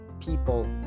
people